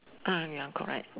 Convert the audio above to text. uh ya correct